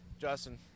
Justin